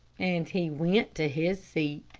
and he went to his seat.